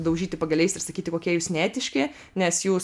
daužyti pagaliais ir sakyti kokie jūs neetiški nes jūs